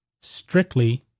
strictly